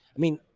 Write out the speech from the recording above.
i mean,